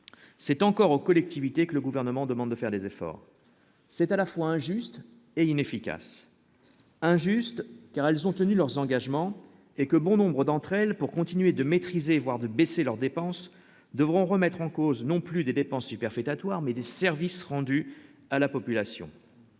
c'est encore aux collectivités que le gouvernement demande de faire des efforts, c'est à la fois injuste et inefficace, injuste, car elles ont tenu leurs engagements et que bon nombres d'entre elles pour continuer de maîtriser, voire de baisser leurs dépenses devront remettre en cause non plus des dépenses superfétatoires, mais des services rendus à la population,